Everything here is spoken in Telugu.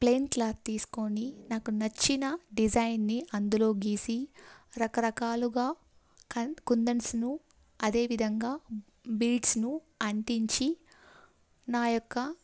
ప్లేయిన్ క్లాత్ తీసుకొని నాకు నచ్చిన డిజైన్ని అందులో గీసి రకరకాలుగా క కుందన్స్ను అదేవిధంగా బీడ్స్ను అంటించి నా యొక్క